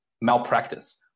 malpractice